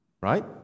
right